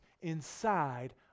inside